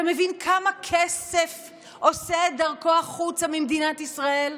אתה מבין כמה כסף עושה את דרכו החוצה ממדינת ישראל?